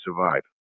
survive